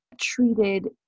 treated